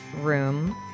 room